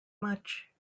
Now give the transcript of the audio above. much